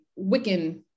Wiccan